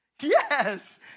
Yes